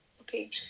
okay